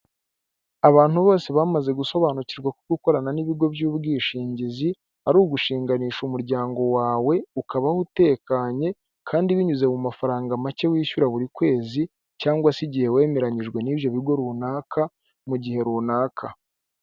Abantu bose bamaze gusobanukirwa ko gukorana n'ibigo by'ubwishingizi ari ugushinganisha umuryango wawe ukabaho utekanye kandi binyuze mu mafaranga make wishyura buri kwezi cyangwa se igihe wemeranyijwe n'ibyo bigo runaka mu gihe runaka.